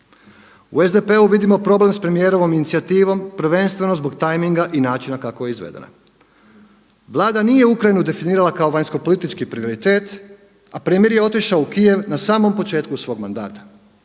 U SDP-u vidimo problem s premijerovom inicijativom prvenstveno zbog timeinga i načina kako je izvedena. Vlada nije Ukrajinu definirala kao vanjskopolitički prioritet a premjer je otišao u Kijev na samom početku svog mandata,